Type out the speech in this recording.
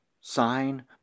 sign